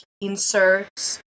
inserts